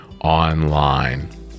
online